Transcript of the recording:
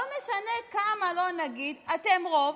לא משנה כמה נגיד: אתם רוב,